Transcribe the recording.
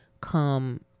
come